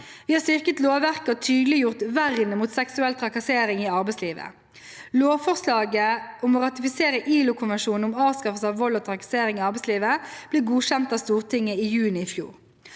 Vi har styrket lovverket og tydeliggjort vernet mot seksuell trakassering i arbeidslivet. Lovforslaget om å ratifisere ILO-konvensjonen om avskaffelse av vold og trakassering i arbeidslivet ble godkjent av Stortinget i juni i fjor.